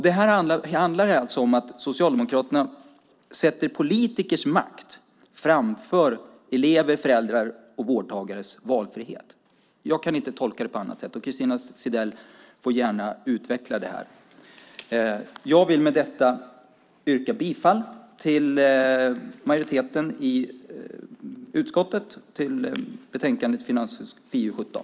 Det här handlar alltså om att Socialdemokraterna sätter politikers makt framför elevers, föräldrars och vårdtagares valfrihet. Jag kan inte tolka det på annat sätt. Christina Zedell får gärna utveckla detta. Med detta vill jag yrka bifall till majoritetens förslag i betänkande FiU17.